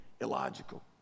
illogical